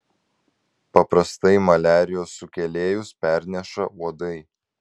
paprastai maliarijos sukėlėjus perneša uodai